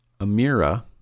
Amira